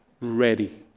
ready